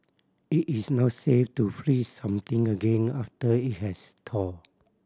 it is not safe to freeze something again after it has thawed